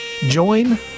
join